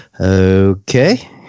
Okay